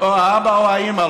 או האבא או האימא,